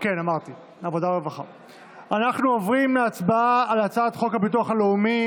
אנחנו עוברים להצבעה על הצעת חוק הביטוח הלאומי